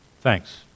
Thanks